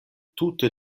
tute